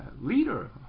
leader